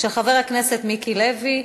של חבר הכנסת מיקי לוי.